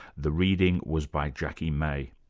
the reading was by jackie may.